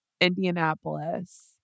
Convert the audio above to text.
Indianapolis